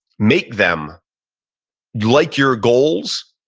make them like your goals,